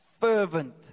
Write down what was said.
fervent